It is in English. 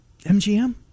MGM